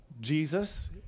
Jesus